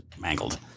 Mangled